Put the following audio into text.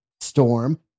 storm